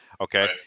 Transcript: Okay